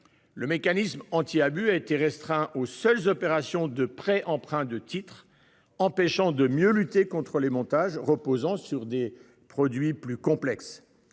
Le mécanisme anti-abus a été restreint aux seules opérations de prêt-emprunt de titres, empêchant de mieux lutter contre des montages reposant sur des produits plus complexes.